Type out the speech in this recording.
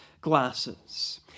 glasses